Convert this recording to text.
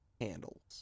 handles